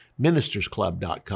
MinistersClub.com